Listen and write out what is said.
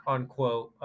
Unquote